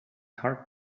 heart